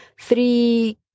three